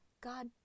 God